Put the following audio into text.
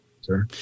sir